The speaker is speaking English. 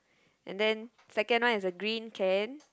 and then second one is a green can